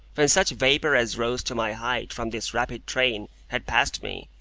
when such vapour as rose to my height from this rapid train had passed me,